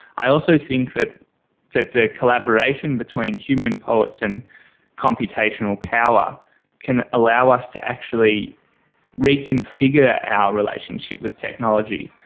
i also think that that the collaboration between human poets and computational power can allow us to actually reconfigure our relationship with technology,